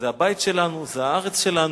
זה הבית שלנו, זה הארץ שלנו,